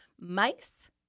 mice